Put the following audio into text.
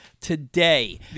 Today